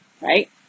right